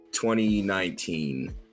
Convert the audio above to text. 2019